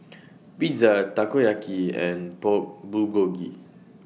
Pizza Takoyaki and Pork Bulgogi